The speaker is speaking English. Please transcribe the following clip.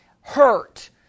hurt